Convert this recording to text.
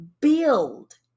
build